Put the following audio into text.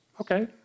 okay